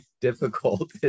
difficult